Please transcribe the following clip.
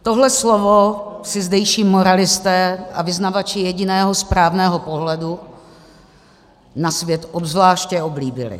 Tohle slovo si zdejší moralisté a vyznavači jediného správného pohledu na svět obzvláště oblíbili.